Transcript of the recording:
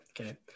okay